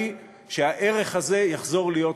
אם הערך הזה נשחק,